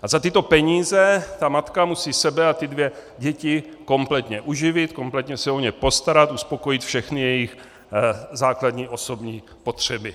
A za tyto peníze musí sebe a ty dvě děti kompletně uživit, kompletně se o ně postarat, uspokojit všechny jejich základní osobní potřeby.